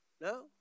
No